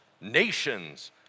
nations